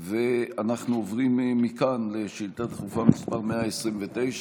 אנחנו עוברים מכאן לשאילתה דחופה מס' 129,